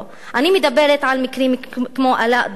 אני מדברת על מקרים כמו אלאא דאהר,